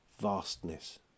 vastness